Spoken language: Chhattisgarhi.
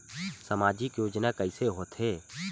सामजिक योजना कइसे होथे?